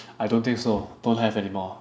I don't think so don't have anymore